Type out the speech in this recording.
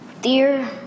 Dear